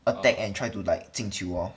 attack and try to like 进球 lor